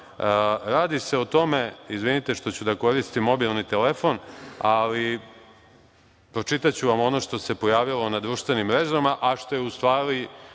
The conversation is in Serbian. Radi se o tome, izvinite što ću da koristim mobilni telefon, ali pročitaću vam ono što se pojavilo na društvenim mrežama, a što je u stvari